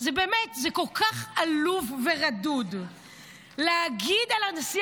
זה באמת כל כך עלוב ורדוד להגיד על נשיא